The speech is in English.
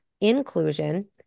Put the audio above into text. inclusion